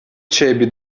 cebi